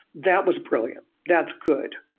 that was brilliant. that's good.